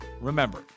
remember